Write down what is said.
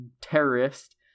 terrorist